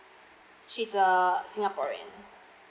she's a singaporean